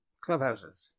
clubhouses